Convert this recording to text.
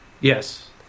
Yes